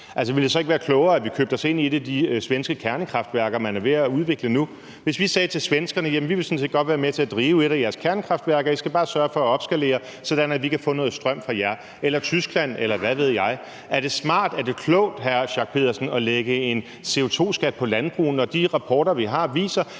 ville det så ikke være klogere, at vi købte os ind i et af de svenske kernekraftværker, man er ved at udvikle nu? Hvad, hvis vi sagde til svenskerne: Vi vil sådan set godt være med til at drive et af jeres kernekraftværker; I skal bare sørge for at opskalere, sådan at vi kan få noget strøm fra jer eller Tyskland, eller hvad ved jeg? Er det smart, er det klogt, hr. Torsten Schack Pedersen, at lægge en CO2-skat på landbruget, når de rapporter, vi har, viser,